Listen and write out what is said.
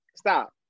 stop